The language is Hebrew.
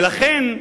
ולכן,